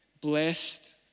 blessed